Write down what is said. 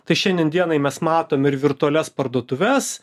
tai šiandien dienai mes matom ir virtualias parduotuves